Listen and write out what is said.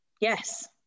yes